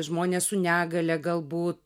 žmonės su negalia galbūt